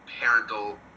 parental